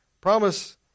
promise